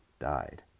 died